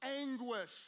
anguish